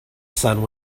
sun